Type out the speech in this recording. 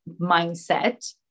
mindset